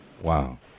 Wow